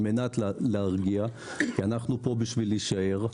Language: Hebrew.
על מנת להרגיע - כי אנחנו כאן בשביל להישאר,